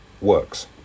works